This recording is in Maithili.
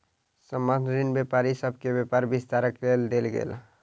संबंद्ध ऋण व्यापारी सभ के व्यापार विस्तारक लेल देल गेल